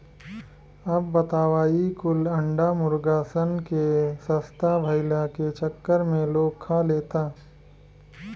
अब बताव ई कुल अंडा मुर्गा सन के सस्ता भईला के चक्कर में लोग खा लेता